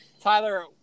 Tyler